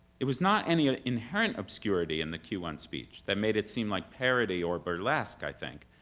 it was not any ah inherent obscurity in the q one speech that made it seem like parody or burlesque, i think,